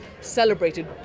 celebrated